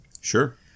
Sure